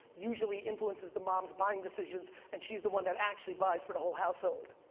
usually influences the mom's buying decisions, and she's the one that actually buys for the whole household.